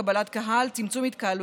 קבלת קהל והתקהלויות.